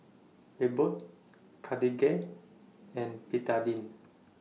Abbott Cartigain and Betadine